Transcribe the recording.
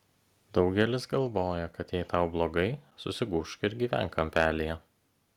daugelis galvoja kad jei tau blogai susigūžk ir gyvenk kampelyje